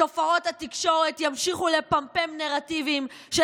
שופרות התקשורת ימשיכו לפמפם נרטיבים של